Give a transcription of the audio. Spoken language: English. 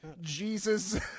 Jesus